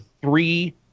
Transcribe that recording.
three